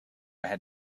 ahead